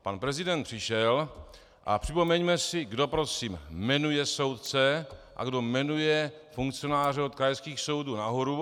Pan prezident přišel a připomeňme si, kdo prosím jmenuje soudce a kdo jmenuje funkcionáře od krajských soudů nahoru.